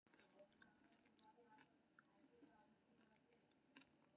जब निवेश सं कम प्रतिलाभ भेटै छै, ते ओकरा ऋणात्मक प्रतिलाभ कहल जाइ छै